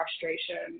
frustration